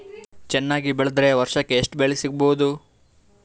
ಚೆನ್ನಾಗಿ ಬೆಳೆದ್ರೆ ವರ್ಷಕ ಎಷ್ಟು ಬೆಳೆ ಸಿಗಬಹುದು?